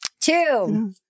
two